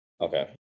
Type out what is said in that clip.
Okay